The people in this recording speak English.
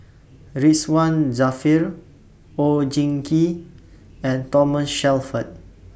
Ridzwan Dzafir Oon Jin Gee and Thomas Shelford